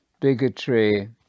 bigotry